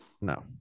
No